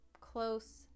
close